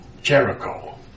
Jericho